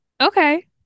Okay